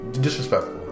disrespectful